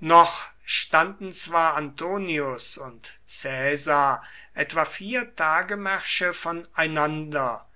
noch standen zwar antonius und caesar etwa vier tagemärsche voneinander